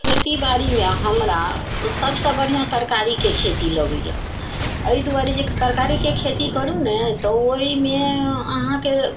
खेतीबाड़ीमे हमरा सभसँ बढ़िआँ तरकारीके खेती लगैया एहि दुआरे जे तरकारीके खेती करु ने तऽ ओहिमे अहाँकेँ